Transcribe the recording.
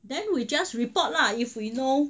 then we just report lah if we know